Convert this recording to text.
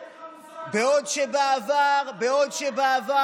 אין לך מושג מה קורה, אתה לא מבין מה שאתה אומר.